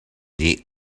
nih